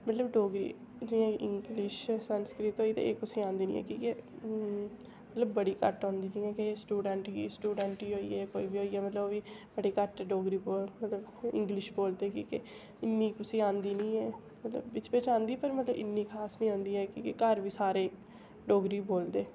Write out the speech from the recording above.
मतलब डोगरी जियां क इंग्लिश संस्कृत होई गेई एह् कुसै गी आंदी नेई कि के मतलब बड़ी घट्ट आंदी जियां के स्टूडैंट ही स्टूडैंट होई गे कोई बी होई गेआ मतलब ओह् बी बड़ी घट्ट डोगरी बोल मतलब इंग्लिश बोलदे की के इन्नी कुसै गी आंदी नी ऐ पर मतलब बिच्च बिच्च आंदी पर मतलब इन्नी खास नेईं आंदी ऐ कि के घर बी सारे डोगरी बोलदे